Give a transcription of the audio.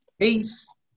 Peace